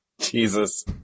Jesus